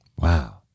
Wow